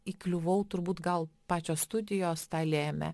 įkliuvau turbūt gal pačios studijos tą lėmė